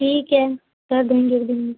ٹھیک ہے کر دیں گے ایک دن میں